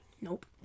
Nope